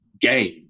game